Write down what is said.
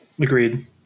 Agreed